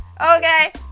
Okay